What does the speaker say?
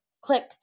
Click